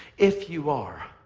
if you are,